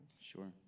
Sure